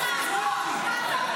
קריב.